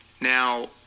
Now